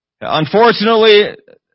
Unfortunately